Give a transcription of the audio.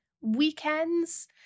weekends